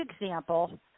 example